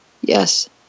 Yes